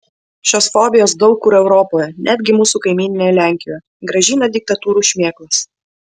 šios fobijos daug kur europoje netgi mūsų kaimyninėje lenkijoje grąžina diktatūrų šmėklas